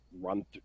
run